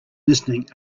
listening